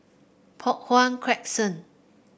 Poh Huat Crescent